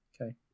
Okay